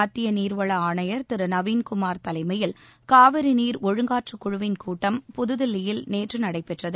மத்திய நீர்வள ஆணையர் திரு நவீன்குமார் தலைமையில் காவிரி நீர் ஒழுங்காற்று குழுவின் கூட்டம் புதுதில்லியில் நேற்று நடைபெற்றது